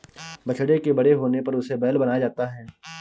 बछड़े के बड़े होने पर उसे बैल बनाया जाता है